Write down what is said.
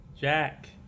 Jack